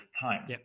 time